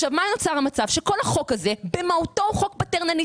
מה נוצר מצב - שכל החוק הזה במהותו פטרנליסטי.